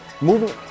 moving